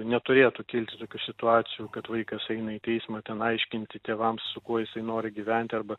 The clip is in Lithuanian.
neturėtų kilti tokių situacijų kad vaikas eina į teismą ten aiškinti tėvams su kuo jisai nori gyventi arba